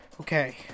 Okay